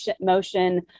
motion